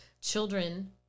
Children